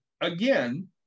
again